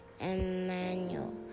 Emmanuel